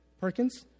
Perkins